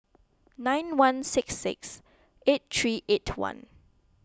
nine one six six eight three eight one